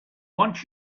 want